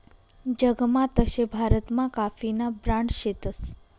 जगमा तशे भारतमा काफीना ब्रांड शेतस